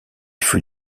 fut